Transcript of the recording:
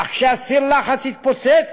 אך כשסיר הלחץ יתפוצץ,